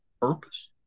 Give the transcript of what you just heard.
purpose